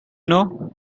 know